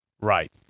Right